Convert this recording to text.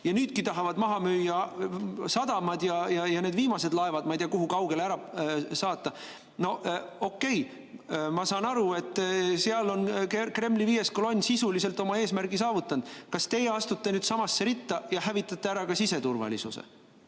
nad nüüdki tahavad maha müüa sadamad ja need viimased laevad ei tea kuhu kaugele ära saata – no okei, ma saan aru, et seal on Kremli viies kolonn sisuliselt oma eesmärgi saavutanud. Kas teie astute nüüd samasse ritta ja hävitate ära ka siseturvalisuse?